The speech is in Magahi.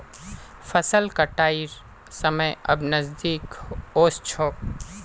फसल कटाइर समय अब नजदीक ओस छोक